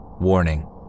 Warning